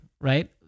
right